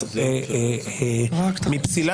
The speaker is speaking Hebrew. אבל אני חושב שמי שבידו סמכות שפיטה